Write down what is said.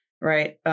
right